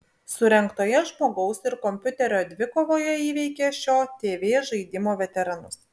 surengtoje žmogaus ir kompiuterio dvikovoje įveikė šio tv žaidimo veteranus